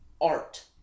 art